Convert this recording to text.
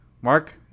Mark